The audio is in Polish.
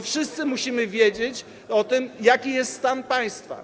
Wszyscy musimy wiedzieć o tym, jaki jest stan państwa.